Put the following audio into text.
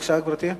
בבקשה, גברתי.